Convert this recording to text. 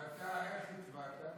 ואתה, איך הצבעת?